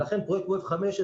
ולכן פרויקט כמו F15,